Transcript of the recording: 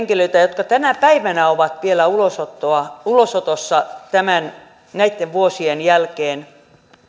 henkilöitä jotka tänä päivänä ovat vielä ulosotossa näitten vuosien jälkeen